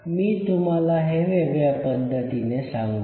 मी तुम्हाला हे वेगळ्या पद्धतीने सांगतो